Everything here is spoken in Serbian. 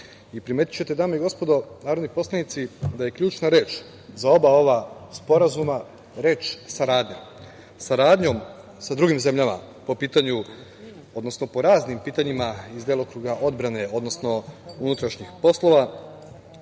Makedonijom. Primetićete, dame i gospodo narodni poslanici, da je ključna reč za oba ova sporazuma reč – saradnja. Saradnjom sa drugim zemljama po pitanju, odnosno po raznim pitanjima iz delokruga odbrane, odnosno unutrašnjih poslova,